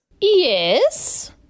Yes